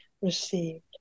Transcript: received